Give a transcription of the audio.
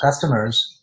customers